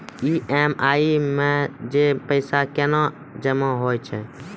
EMI मे जे पैसा केना जमा होय छै?